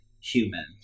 human